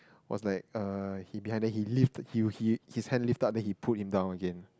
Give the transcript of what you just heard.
was like uh he behind then he lift he he his hand lift up then he put in down again